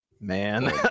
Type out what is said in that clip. man